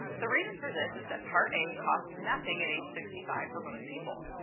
the reason for this is that part a costs nothing at age sixty five for most people.